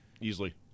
easily